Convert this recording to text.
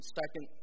second